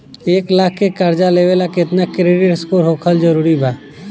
एक लाख के कर्जा लेवेला केतना क्रेडिट स्कोर होखल् जरूरी बा?